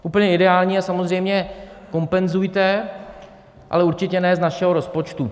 Úplně ideální je samozřejmě: kompenzujte, ale určitě ne z našeho rozpočtu.